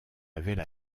avaient